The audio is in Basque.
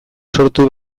sortu